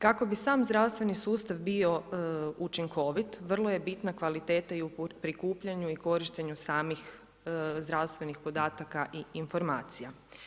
Kako bi sam zdravstveni sustav bio učinkovit vrlo je bitna kvaliteta i u prikupljanju i korištenju samih zdravstvenih podataka i informacija.